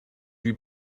lui